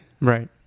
Right